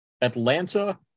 atlanta